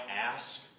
ask